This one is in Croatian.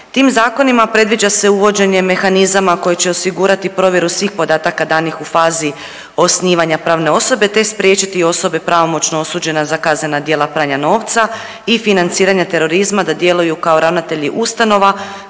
Tim zakonima predviđa se uvođenje mehanizama koji će osigurati provjeru svih podataka danih u fazi osnivanja pravne osobe, te spriječiti osobe pravomoćno osuđena za kaznena djela pranja novca i financiranja terorizma da djeluju kao ravnatelji ustanova,